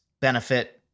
benefit